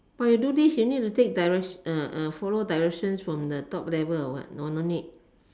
but you do this you need to take direc~ uh uh follow directions from the top level or what or no need